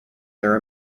there